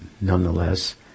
nonetheless